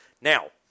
Now